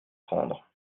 prendre